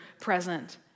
present